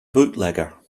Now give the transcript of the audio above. bootlegger